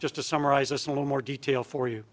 just to summarize us a little more detail for